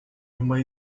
uma